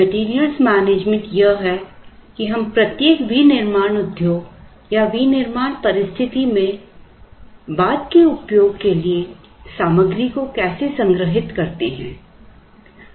material management यह है कि हम प्रत्येक विनिर्माण उदयोग या विनिर्माण परिस्थिति में बाद के उपयोग के लिए सामग्री को कैसे संग्रहित करते हैं